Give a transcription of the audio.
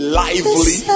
lively